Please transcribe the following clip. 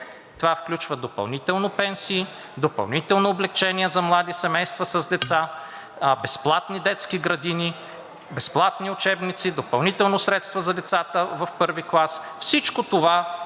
Това включва допълнително пенсии, допълнителни облекчения за млади семейства с деца, безплатни детски градини, безплатни учебници, допълнително средства за децата в първи клас. Всичко това